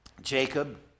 Jacob